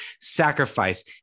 sacrifice